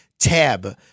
Tab